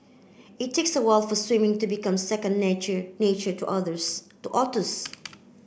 it takes a while for swimming to become second nature to others to otters